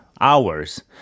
hours